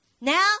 Now